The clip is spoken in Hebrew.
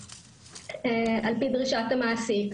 על פי דרישת המעסיק.